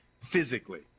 physically